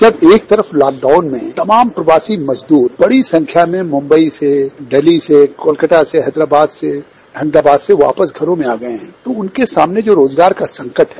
जब एक तरफ लॉकडाउन में तमाम प्रवासी मजदूर बड़ी संख्या में मुंबई से देहली से कोलकाता से हैदराबाद से अहमदाबाद से वापस घरों में आ गये हैं तो उनके सामने रोजगार का संकट है